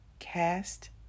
cast